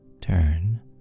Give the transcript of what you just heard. turn